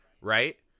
right